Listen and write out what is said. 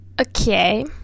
Okay